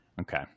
Okay